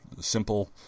simple